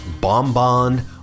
Bonbon